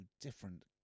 different